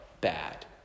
bad